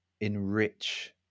enrich